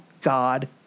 God